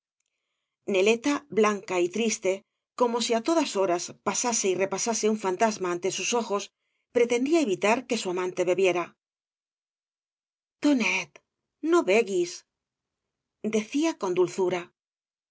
del camarada neleta blanca y triste como si á todas horas pasase y repasase un fantauma ante sus ojos pretendía evitar que su amante bebiera tonet no begues decía con dulzura